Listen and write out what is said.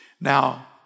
Now